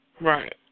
Right